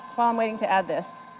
while i'm waiting to add this,